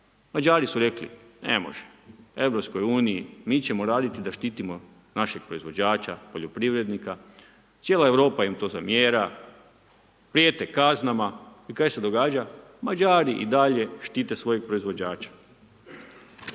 Mađari su rekli ne može. U EU-u mi ćemo raditi da štitimo našeg proizvođača, poljoprivrednika, cijela Europa im to zamjera, prijete kaznama i kaj se događa, Mađari i dalje štite svojeg proizvođača.